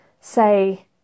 say